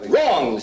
Wrong